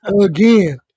again